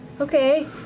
Okay